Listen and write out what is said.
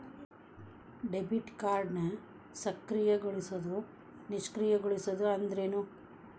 Debit ಕಾರ್ಡ್ನ ಸಕ್ರಿಯಗೊಳಿಸೋದು ನಿಷ್ಕ್ರಿಯಗೊಳಿಸೋದು ಅಂದ್ರೇನು?